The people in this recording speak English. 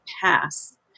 pass